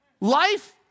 life